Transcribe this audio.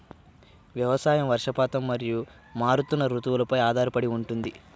వ్యవసాయం వర్షపాతం మరియు మారుతున్న రుతువులపై ఆధారపడి ఉంటుంది